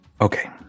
Okay